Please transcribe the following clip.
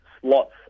slots